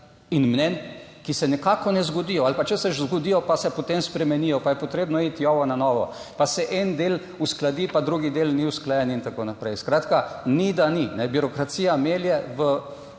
in mnenj, ki se nekako ne zgodijo ali pa če se zgodijo, pa se potem spremenijo, pa je potrebno iti jovonanovo, pa se en del uskladi, pa drugi del ni usklajen in tako naprej. Skratka, ni da ni, birokracija melje. v